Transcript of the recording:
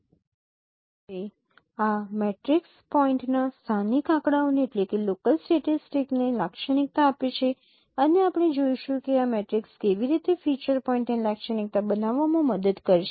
હવે આ મેટ્રિક્સ પોઈન્ટના સ્થાનિક આંકડાઓને લાક્ષણિકતા આપે છે અને આપણે જોઈશું કે આ મેટ્રિક્સ કેવી રીતે ફીચર પોઈન્ટને લાક્ષણિકતા બનાવવામાં મદદ કરશે